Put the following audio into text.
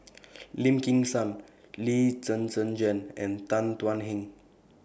Lim Kim San Lee Zhen Zhen Jane and Tan Thuan Heng